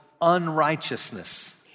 unrighteousness